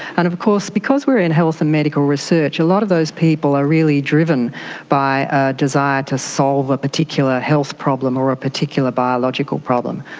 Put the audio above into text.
and of course because we are in health and medical research, a lot of those people are really driven by a desire to solve a particular health problem or a particular biological problem.